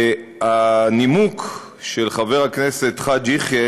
הנימוק של חבר הכנסת חאג' יחיא,